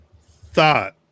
thought